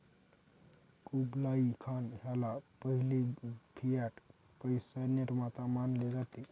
Kublai Khan ह्याला पहिला fiat पैसा निर्माता मानले जाते